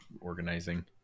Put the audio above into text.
organizing